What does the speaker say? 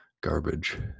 garbage